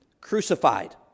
crucified